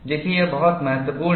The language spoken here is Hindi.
देखिए यह बहुत महत्वपूर्ण है